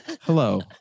hello